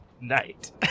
night